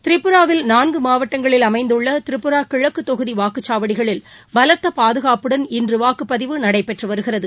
திரிபுராவில் நான்கு மாவட்டங்களில் அமைந்துள்ள திரிபுரா கிழக்குத் தொகுதி வாக்குச்சாவடிகளில் பலத்த பாதுகாப்புடன் இன்று வாக்குப்பதிவு நடைபெற்று வருகிறது